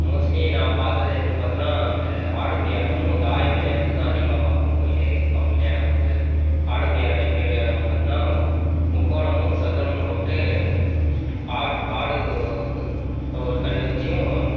mostly நான் பார்த்தது எதுன்னு பார்த்தோன்னா இந்த ஆடுபுலி ஆட்டமும் தாயமும் விளையாடுறது தான் அதிகமா பார்ப்பேன் போயிட்டு அவங்க விளையாடும்போது ஆடுபுலி ஆட்டம் எப்படி விளையாடுவாங்கன்னு பார்த்தீங்கன்னா முக்கோணமும் சதுரமும் போட்டு ஆடு ஆடுக்கு ஒரு கல்லு வச்சும்